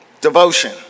Devotion